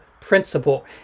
principle